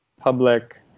public